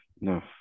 no